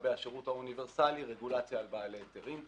לגבי השירות האוניברסלי, רגולציה על בעלי היתרים.